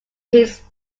his